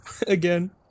again